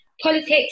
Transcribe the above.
politics